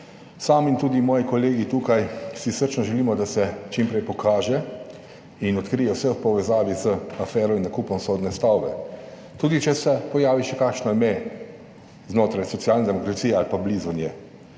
Sam in tudi moji kolegi tukaj si srčno želimo, da se čim prej pokaže in odkrije vse v povezavi z afero in nakupom sodne stavbe, tudi če se pojavi še kakšno ime znotraj Socialne demokracije ali pa blizu nje.